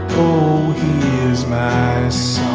oh is my